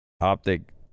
optic